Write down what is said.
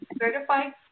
certified